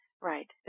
Right